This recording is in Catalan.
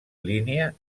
línia